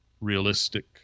realistic